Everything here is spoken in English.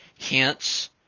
Hence